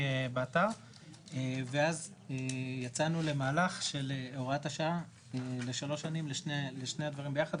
באתר ואז יצאנו למהלך של הוראת השעה לשלוש שנים לשני הדברים ביחד,